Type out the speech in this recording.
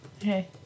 Okay